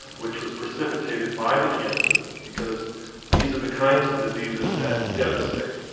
which was precipitated by the cancer because these are the kinds of diseases that devastate.